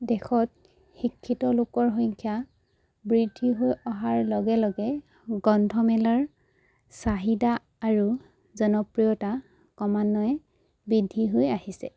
দেশত শিক্ষিত লোকৰ সংখ্যা বৃদ্ধি হৈ অহাৰ লগে লগে গ্ৰন্থমেলাৰ চাহিদা আৰু জনপ্ৰিয়তা ক্ৰমান্বয়ে বৃদ্ধি হৈ আহিছে